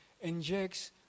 injects